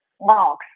logs